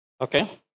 Okay